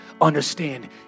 Understand